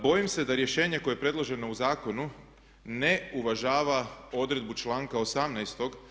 Bojim se da rješenje koje je predloženo u zakonu ne uvažava odredbu članka 18.